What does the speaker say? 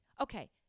Okay